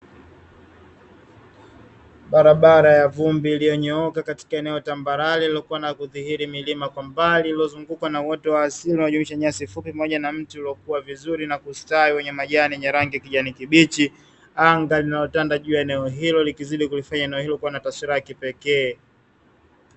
Barabara ya vumbi iliyonyooka katika eneo tambarare lililokuwa na kudhihiri milima kwa mbali, lililozungukwa na uoto wa asili unaojumuisha nyasi fupi iliozungukwa na mti kukua vizuri na kustawi, ndani ya majani ya kijani kibichi, anga linalotanda juu ya eneo hilo, likizidi kufanya eneo hilo lililokuwa na taswira ya kipekee.